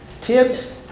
Tips